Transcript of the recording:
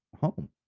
home